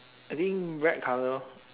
I think black colour